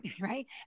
Right